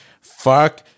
fuck